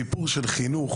הסיפור של חינוך